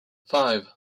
five